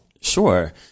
Sure